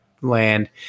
land